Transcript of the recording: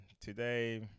Today